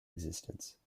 existence